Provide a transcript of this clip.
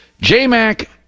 J-Mac